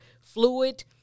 Fluid